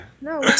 No